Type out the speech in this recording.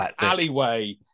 alleyway